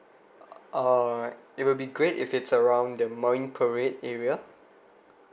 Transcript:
uh alright it will be great if it's around the marine parade area